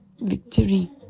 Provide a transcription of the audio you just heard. Victory